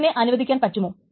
അതിനെ അനുവദിക്കുവാൻ പറ്റുമോ